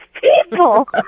people